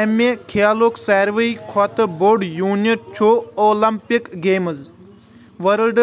اَمہِ کھیلُک ساروی کھۄتہٕ بوٚڑ یوٗنٹ چھُ اولمپک گیمز ، ورلڈ